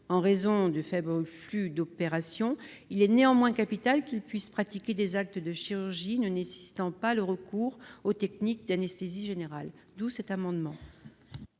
en raison du faible nombre d'opérations, il est néanmoins capital qu'ils puissent pratiquer des actes de chirurgie ne nécessitant pas le recours aux techniques d'anesthésie générale. L'amendement